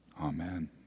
Amen